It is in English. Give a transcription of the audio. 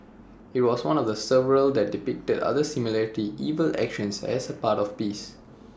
IT was one of several that depicted other similarly evil actions as part of the piece